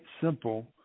simple